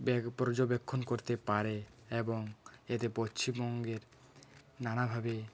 পর্যবেক্ষন করতে পারে এবং এতে পশ্চিমবঙ্গের নানাভাবে